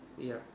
yup